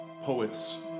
poets